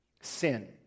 Sin